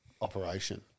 operation